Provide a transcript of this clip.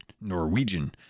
Norwegian